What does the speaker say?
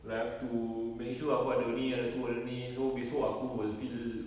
like I've to make sure aku ada ini ada itu ada ini so besok aku will feel